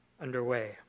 underway